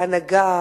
ההנהגה,